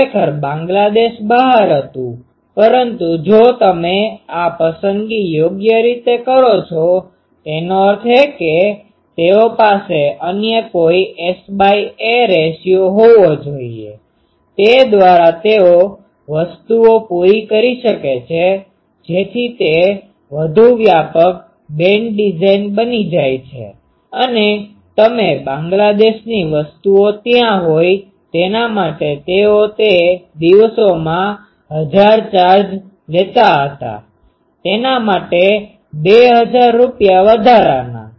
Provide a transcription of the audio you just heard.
ખરેખર બાંગ્લાદેશ બહાર હતું પરંતુ જો તમે આ પસંદગી યોગ્ય રીતે કરો છો તેનો અર્થ એ કે તેઓ પાસે અન્ય કોઈ Sa‟ રેશિયો હોવો જોઈએ તે દ્વારા તેઓ વસ્તુઓ પૂરી કરી શકે છે જેથી તે વધુ વ્યાપક બેન્ડ ડિઝાઇન બની જાય અને તમે બાંગ્લાદેશની વસ્તુઓ ત્યાં હોય તેના માટે તેઓ તે દિવસોમાં 1000 ચાર્જ લેતા હતા તેના માટે 2000 રૂપિયા વધારાના